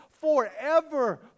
forever